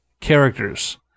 characters